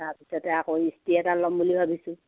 তাৰপিছতে আকৌ ইষ্ট্ৰি এটা ল'ম বুলি ভাবিছোঁ